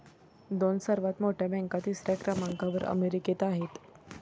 दोन सर्वात मोठ्या बँका तिसऱ्या क्रमांकावर अमेरिकेत आहेत